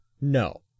No